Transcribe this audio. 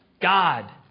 God